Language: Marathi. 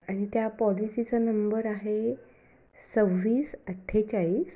आणि त्या पॉलिसीचा नंबर आहे सव्वीस अठ्ठेचाळीस